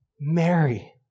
Mary